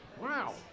Wow